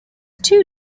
two